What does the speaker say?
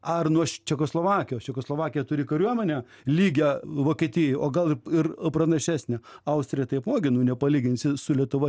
ar nuo čekoslovakijos čekoslovakija turi kariuomenę lygią vokietijai o gal ir pranašesnę austrija taipogi nu nepalyginsi su lietuva